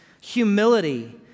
humility